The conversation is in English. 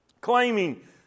Claiming